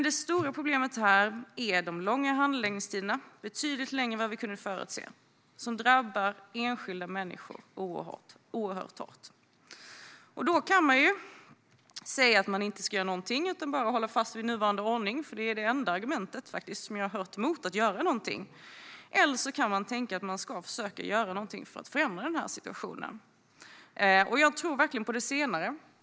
Det stora problemet är de långa handläggningstiderna - betydligt längre än vad vi kunde förutse. Detta drabbar enskilda människor oerhört hårt. Man kan säga att man inte ska göra någonting utan bara hålla fast vid nuvarande ordning. Det är det enda argument som jag har hört mot att göra någonting. Man kan också tänka att man ska försöka göra någonting för att förändra situationen. Jag tror verkligen på det senare.